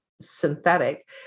synthetic